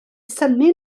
synnu